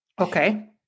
okay